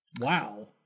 Wow